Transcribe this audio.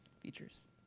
Features